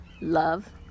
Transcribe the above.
Love